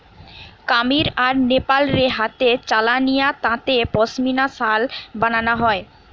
কামীর আর নেপাল রে হাতে চালানিয়া তাঁতে পশমিনা শাল বানানা হয়